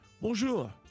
Bonjour